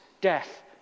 death